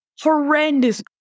horrendous